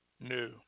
new